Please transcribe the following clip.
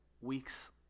weeks